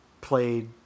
played